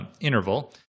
interval